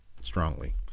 strongly